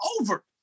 over